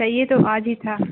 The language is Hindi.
चाहिए तो आज ही था